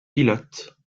pilote